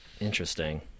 interesting